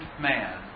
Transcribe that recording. man